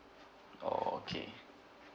orh okay